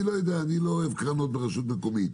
אני לא יודע, אני לא אוהב קרנות ברשות מקומית,